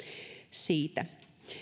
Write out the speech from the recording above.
siitä